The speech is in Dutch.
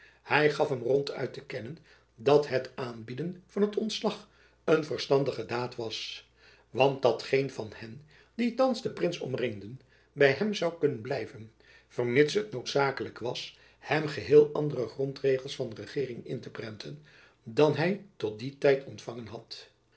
hy gaf hem ronduit te kennen dat het aanbieden van het ontslag een verstandige daad was want dat geen van hen die thands den prins omringden by hem zoû kunnen blijven vermits het noodzakelijk was hem geheel andere grondregels van regeering in te prenten dan hy tot dien tijd ontfangen had